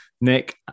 nick